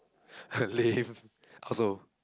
lame I also